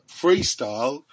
freestyle